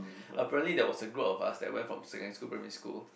apparently there was a group of us that went from secondary school primary school